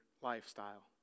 lifestyle